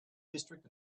district